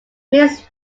mrs